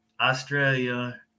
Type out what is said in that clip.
Australia